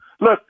Look